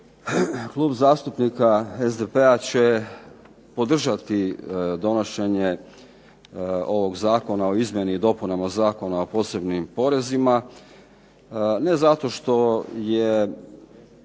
Klub zastupnika SDP-a će podržati donošenje ovoga Zakona o izmjeni i dopunama Zakona o posebnim porezima. Ne zato što je